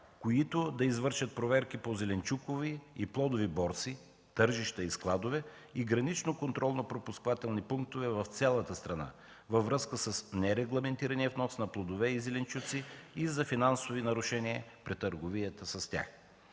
които да извършат проверки по зеленчукови и плодови борси, тържища и складове и гранично контролно-пропускателни пунктове в цялата страна във връзка с нерегламентирания внос на плодове и зеленчуци или за финансови нарушения при търговията с тях.